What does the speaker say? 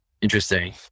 Interesting